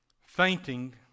Fainting